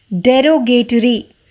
derogatory